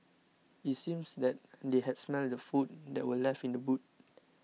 it seems that they had smelt the food that were left in the boot